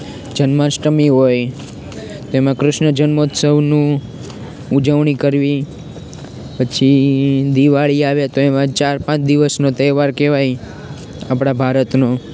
જન્માષ્ટમી હોય તો એમાં કૃષ્ણ જન્મોત્સવનું ઉજવણી કરવી પછી દિવાળી આવે તો એવા ચાર પાંચ દિવસનો તહેવાર કહેવાય આપણા ભારતનો